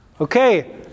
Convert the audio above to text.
Okay